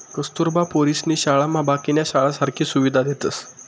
कस्तुरबा पोरीसनी शाळामा बाकीन्या शाळासारखी सुविधा देतस